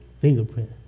fingerprint